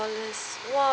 dollars !wah!